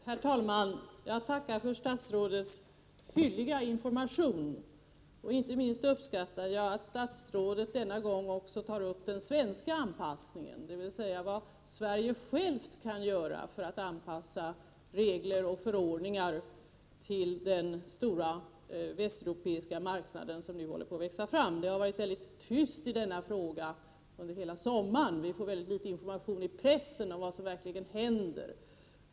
Herr talman! Jag tackar för statsrådets fylliga information, inte minst uppskattade jag att statsrådet denna gång också tar upp den svenska anpassningen, dvs. vad Sverige självt kan göra för att anpassa regler och förordningar till den stora västeuropeiska marknad som nu håller på att växa fram. Det har varit mycket tyst i denna fråga under hela sommaren. Vi får väldigt litet information i pressen om vad som verkligen händer.